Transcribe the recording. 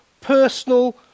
personal